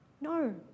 No